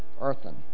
earthen